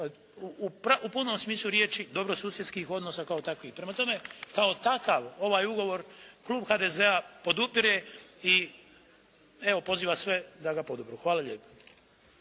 u punom smislu riječi dobrosusjedskih odnosa kao takvih. Prema tome, kao takav ovaj ugovor klub HDZ-a podupire i evo poziva sve da ga podupru. Hvala lijepo.